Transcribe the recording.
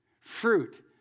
Fruit